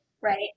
Right